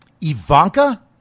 Ivanka